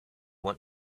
want